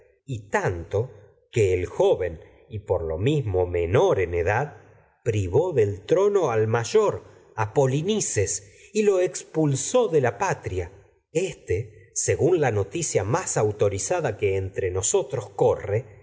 y tanto el joven y por lo mismo menor al mayor edad privó del de la patria trono a polinices y lo expulsó éste según la noticia más autorizada que entre nos otros corre